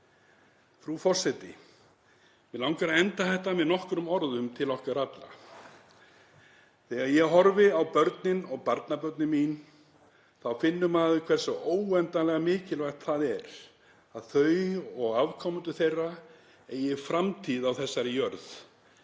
Frú forseti. Mig langar að enda þetta með nokkrum orðum til okkar allra. Þegar ég horfi á börnin og barnabörnin mín þá finnur maður hversu óendanlega mikilvægt það er að þau og afkomendur þeirra eigin framtíð á þessari jörð,